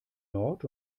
nord